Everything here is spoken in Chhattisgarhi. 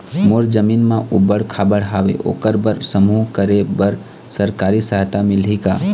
मोर जमीन म ऊबड़ खाबड़ हावे ओकर बर समूह करे बर सरकारी सहायता मिलही का?